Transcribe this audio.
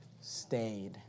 stayed